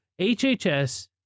HHS